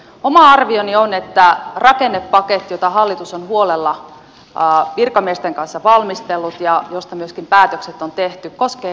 oma arvioni on että rakennepaketti jota hallitus on huolella virkamiesten kanssa valmistellut ja josta myöskin päätökset on tehty koskee kaikkia suomalaisia